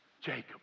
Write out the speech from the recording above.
Jacob